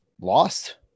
lost